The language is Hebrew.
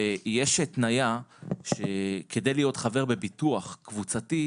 יש התניה שכדי להיות חבר בביטוח קבוצתי,